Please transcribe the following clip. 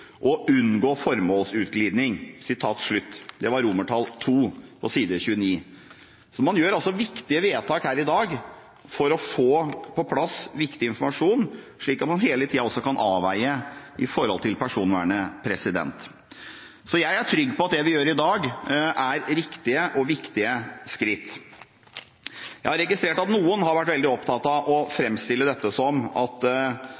og unngå formålsutglidning.» Man gjør altså viktige vedtak her i dag for å få på plass viktig informasjon, slik at man hele tiden kan avveie dette mot personvernet. Jeg er trygg på at det vi gjør i dag, er riktige og viktige skritt. Jeg har registrert at noen har vært veldig opptatt av å framstille dette som at